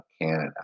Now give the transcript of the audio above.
Canada